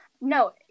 No